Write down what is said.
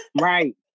Right